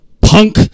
punk